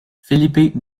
felipe